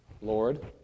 Lord